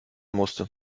musste